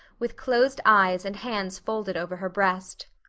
with closed eyes and hands folded over her breast.